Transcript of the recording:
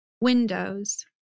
Windows